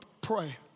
pray